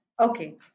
Okay